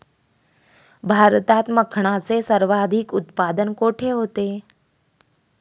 भारतात मखनाचे सर्वाधिक उत्पादन कोठे होते?